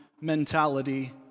mentality